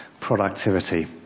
Productivity